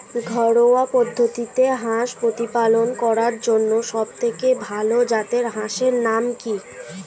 ঘরোয়া পদ্ধতিতে হাঁস প্রতিপালন করার জন্য সবথেকে ভাল জাতের হাঁসের নাম কি?